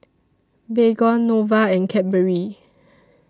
Baygon Nova and Cadbury